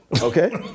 Okay